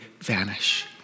vanish